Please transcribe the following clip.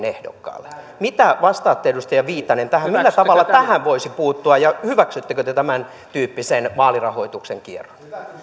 ehdokkaalle mitä vastaatte edustaja viitanen tähän millä tavalla tähän voisi puuttua ja hyväksyttekö te tämäntyyppisen vaalirahoituksen kierron